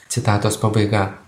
citatos pabaiga